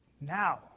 Now